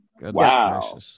wow